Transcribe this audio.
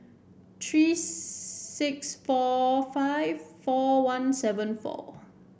three six four five four one seven four